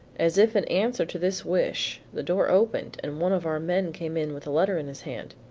as if in answer to this wish the door opened and one of our men came in with a letter in his hand.